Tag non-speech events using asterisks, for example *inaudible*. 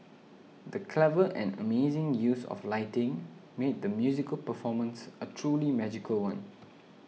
the clever and amazing use of lighting made the musical performance *noise* a truly magical one